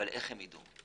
אבל איך הם יידעו?